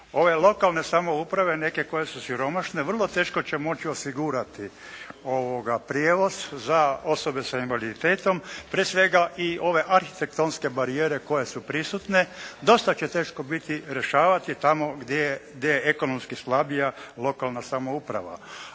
Ove lokalne samouprave neke koje su siromašne vrlo teško će moći osigurati prijevoz za osobe sa invaliditetom prije svega i ove arhitektonske barijere koje su prisutne dosta će teško biti rješavati tamo gdje je ekonomski slabija lokalna samouprava.